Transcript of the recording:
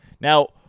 Now